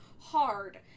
hard